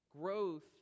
Growth